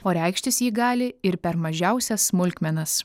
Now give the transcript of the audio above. o reikštis ji gali ir per mažiausias smulkmenas